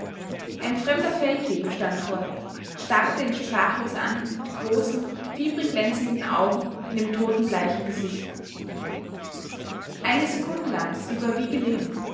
ein fremder feldwebel stand vor ihm starrte ihn sprachlos an mit großen fiebrig glänzenden augen in dem totenbleichen gesicht eine sekunde lang blieb er wie gelähmt